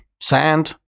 sand